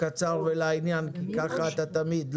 תהיה קצר ולעניין, כי ככה אתה תמיד.